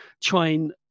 trying